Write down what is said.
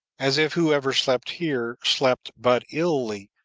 as if who ever slept here slept but illy,